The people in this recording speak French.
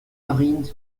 aride